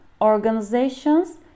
organizations